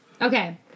Okay